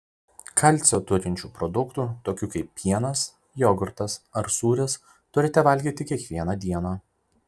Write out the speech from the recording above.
kalcio turinčių produktų tokių kaip pienas jogurtas ar sūris turite valgyti kiekvieną dieną